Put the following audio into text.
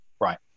Right